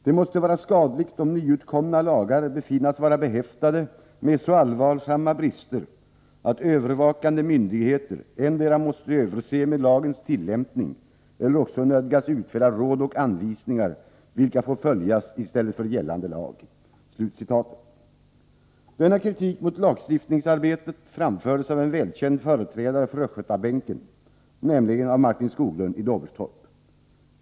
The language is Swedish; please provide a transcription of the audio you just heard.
Det måste vara skadligt, om nyutkomna lagar befinnas vara behäftade med så allvarsamma brister, att övervakande myndigheter ettdera måste överse med lagens tillämpning eller också nödgas utfärda råd och anvisningar, vilka få följas i stället för gällande lag ---.” Denna kritik mot lagstiftningsarbetet framfördes av en välkänd företrädare för Östgötabänken, nämligen Martin Skoglund i Doverstorp.